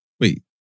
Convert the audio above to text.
Wait